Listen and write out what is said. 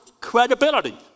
credibility